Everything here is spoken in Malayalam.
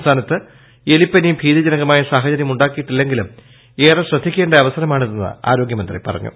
സംസ്ഥാനുത്ത് എലിപ്പനി ഭീതിജനകമായ സാഹചര്യമുണ്ടാക്കിയിട്ടില്ലെങ്കില്ലും ഏറെ ശ്രദ്ധിക്കേണ്ട അവസരമാണിതെന്ന് ആരോഗ്യ്മന്ത്രി പറഞ്ഞു